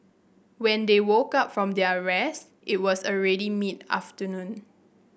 when they woke up from their rest it was already mid afternoon